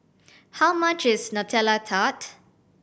how much is Nutella Tart